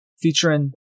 Featuring